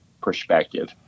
perspective